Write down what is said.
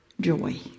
joy